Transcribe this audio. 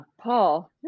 paul